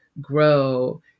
grow